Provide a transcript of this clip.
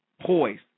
poised